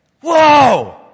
Whoa